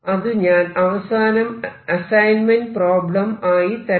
അത് ഞാൻ അവസാനം അസൈൻമെന്റ് പ്രോബ്ലം ആയി തരാം